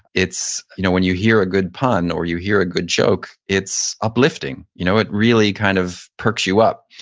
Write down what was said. you know when you hear a good pun or you hear a good choke, it's uplifting. you know it really kind of perks you up,